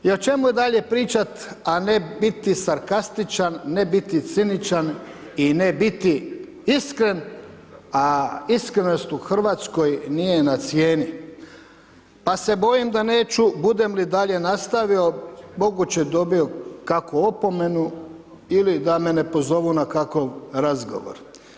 I o čemu dalje pričat, a ne biti sarkastičan, ne biti ciničan i ne biti iskren, a iskrenost u RH nije na cijeni, pa se bojim da neću, budem li dalje nastavio, moguće dobio kakvu opomenu ili da me ne pozovu na kakav razgovor.